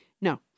No